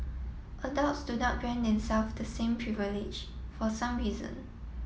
adults do not grant themselves the same privilege for some reason